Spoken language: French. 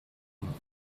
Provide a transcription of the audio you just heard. dumont